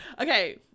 okay